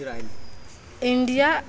India